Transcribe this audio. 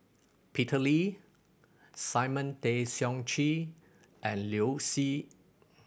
Peter Lee Simon Tay Seong Chee and Liu Si